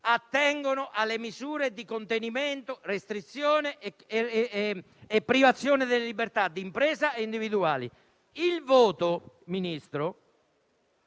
infatti, alle misure di contenimento, restrizione e privazione delle libertà di impresa e individuali. Ministro,